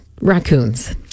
Raccoons